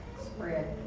Spread